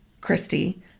Christy